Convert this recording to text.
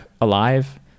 alive